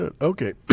Okay